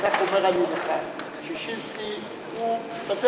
כך אומר אני לך: ששינסקי הוא בדרך.